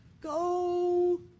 go